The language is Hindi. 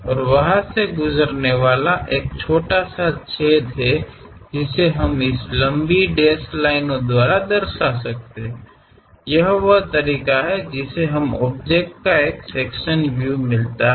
और वहाँ से गुजरने वाला एक छोटा सा छेद है जिसे हम इस लंबी डैश डैश लाइन द्वारा दर्शा सकते हैं यह वह तरीका है जिससे हमें ऑब्जेक्ट का एक सेक्शनल व्यू मिलता है